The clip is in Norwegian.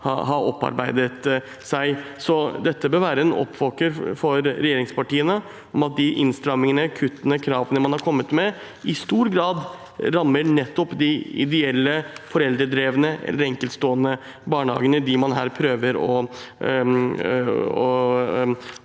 ha opparbeidet seg. Så dette bør være en oppvåkning for regjeringspartiene om at de innstrammingene, kuttene og kravene man har kommet med, i stor grad rammer nettopp de ideelle, de foreldredrevne eller de enkeltstående barnehagene – disse man her prøver å holde